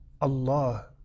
Allah